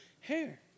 hair